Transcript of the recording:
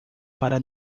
para